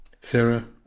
sarah